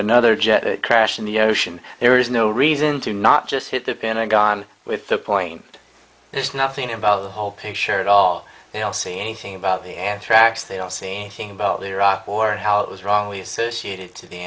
another jet crashed in the ocean there is no reason to not just hit the pentagon with the point there's nothing about the whole picture at all they all say anything about the anthrax they don't see anything about the iraq war and how it was wrongly associated to the